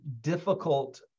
difficult